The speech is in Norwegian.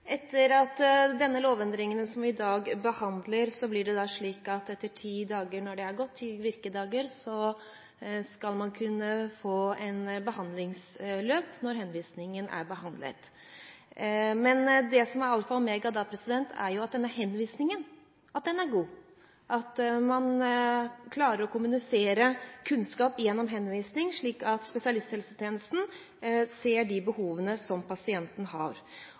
Etter at vi i dag har behandlet disse lovendringene, blir det slik at etter at det har gått ti virkedager, skal man kunne få et behandlingsløp når henvisningen er behandlet. Men det som da er alfa og omega, er at henvisningen er god, at man klarer å kommunisere kunnskap gjennom henvisningen, slik at spesialisthelsetjenesten ser de behovene som pasienten har.